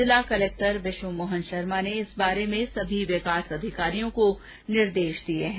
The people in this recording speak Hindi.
जिला कलेक्टर विश्व मोहन शर्मा ने इस बारे में सभी विकास अधिकारियों को निर्देश दिए है